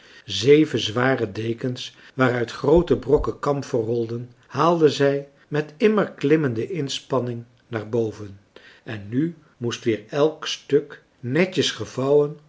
zeven zware dekens waaruit groote brokken kamfer rolden haalde zij met immer klimmende inspanning naar boven en nu moest weer elk stuk netjes gevouwen